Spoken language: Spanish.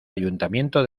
ayuntamiento